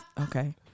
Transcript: Okay